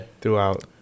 Throughout